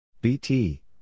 BT